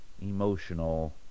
emotional